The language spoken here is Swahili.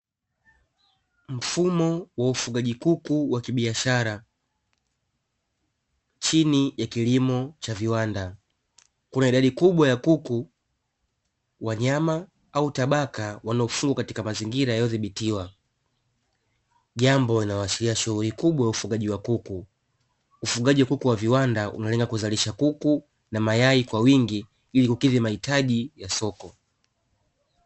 Mfumo wa ufugaji kuku wa kibiashara chini ya kilimo cha viwanda, kuna idadi kubwa ya kuku wa nyama au tabaka wanaofugwa katika mazingira yaliozibitiwa, jambo linaloashiria shughuli kubwa ya ufugaji wa kuku, ufugaji wa kuku wa viwanda una lengo la kuzalisha kuku na mayai kwa wingi ili kukidhi mahitaji ya soko.